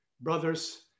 brothers